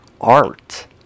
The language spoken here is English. art